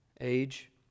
age